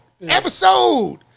episode